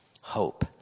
hope